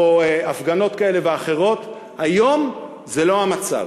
או הפגנות כאלה ואחרות, היום זה לא המצב.